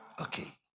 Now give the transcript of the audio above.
Okay